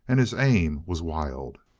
and his aim was wild.